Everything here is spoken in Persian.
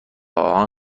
آهن